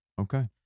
okay